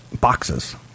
boxes